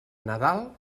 nadal